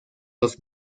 dos